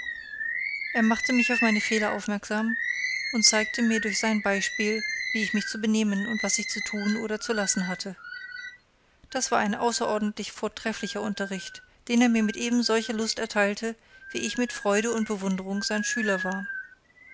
er machte mich auf meine fehler aufmerksam und zeigte mir durch sein beispiel wie ich mich zu benehmen und was ich zu tun oder zu lassen hatte das war ein außerordentlich vortrefflicher unterricht den er mit eben solcher lust erteilte wie ich mit freude und bewunderung sein schüler war